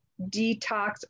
Detox